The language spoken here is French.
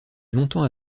longtemps